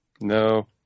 No